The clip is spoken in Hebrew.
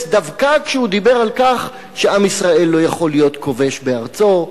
דווקא כשהוא דיבר על כך שעם ישראל לא יכול להיות כובש בארצו,